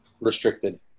restricted